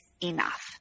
enough